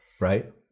Right